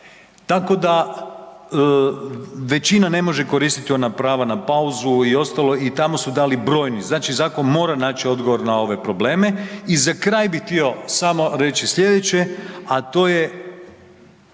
tako da većina ne može koristiti ona prava na pauzu i ostalo i tamo su dali brojni, znači zakon mora naći odgovor na ove probleme. I za kraj bi htio samo reći slijedeće, a to je